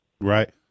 Right